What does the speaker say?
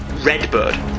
Redbird